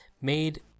made